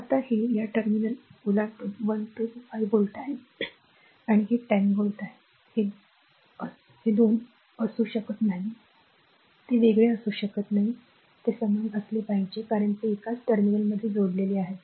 आता हे या टर्मिनल ओलांडून 1 2 हे 5 व्होल्ट आहे आणि हे 10 व्होल्ट आहे ते 2 असू शकत नाही ते वेगळे असू शकत नाही ते समान असले पाहिजे कारण ते एकाच टर्मिनलमध्ये जोडलेले आहेत